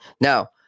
Now